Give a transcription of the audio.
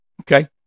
Okay